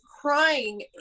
crying